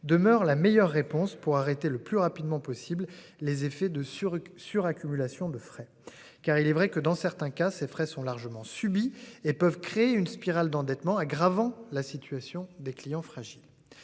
Demeure la meilleure réponse pour arrêter le plus rapidement possible les effets de sur sur accumulation de frais car il est vrai que dans certains cas, ces frais sont largement subi et peuvent créer une spirale d'endettement aggravant la situation des clients fragiles.